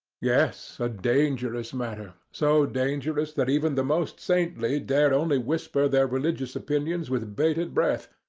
yes, a dangerous matter so dangerous that even the most saintly dared only whisper their religious opinions with bated breath,